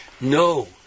No